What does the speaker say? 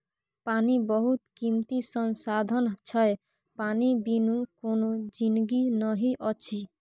पानि बहुत कीमती संसाधन छै पानि बिनु कोनो जिनगी नहि अछि